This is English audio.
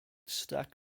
stack